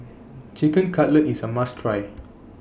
Chicken Cutlet IS A must Try